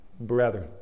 brethren